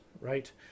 right